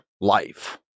life